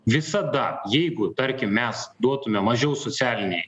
visada jeigu tarkim mes duotume mažiau socialinei